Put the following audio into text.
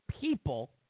people